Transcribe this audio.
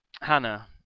Hannah